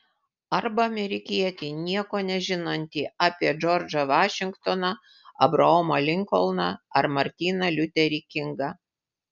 arba amerikietį nieko nežinantį apie džordžą vašingtoną abraomą linkolną ar martyną liuterį kingą